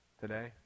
today